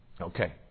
Okay